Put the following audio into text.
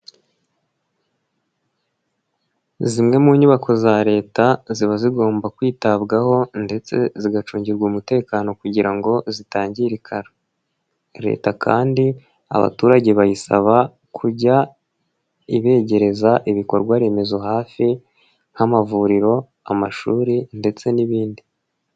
Zimwe mu nyubako za Leta ziba zigomba kwitabwaho ndetse zigacungirwa umutekano kugira ngo zitangirika, Leta kandi abaturage bayisaba kujya ibegereza ibikorwaremezo hafi nk'amavuriro, amashuri ndetse n'ibindi.